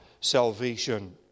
salvation